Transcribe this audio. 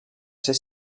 ser